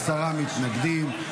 עשרה מתנגדים,